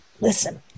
listen